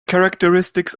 characteristics